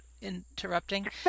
interrupting